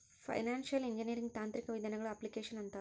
financial engineering ತಾಂತ್ರಿಕ ವಿಧಾನಗಳ application ಅಂತಾರ